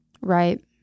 Right